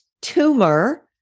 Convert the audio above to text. tumor